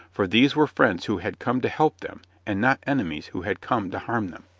for these were friends who had come to help them, and not enemies who had come to harm them.